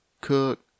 cook